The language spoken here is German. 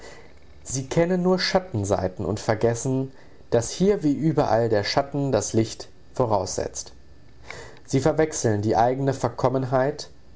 sie kennen nur schattenseiten und vergessen daß hier wie überall der schatten das licht voraussetzt sie verwechseln die eigene verkommenheit